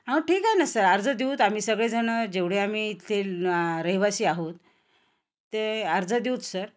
हा ठीक आहे ना सर अर्ज देऊ आम्ही सगळेजणं जेवढे आम्ही इथ रहिवासी आहोत ते अर्ज देऊ सर